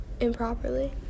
improperly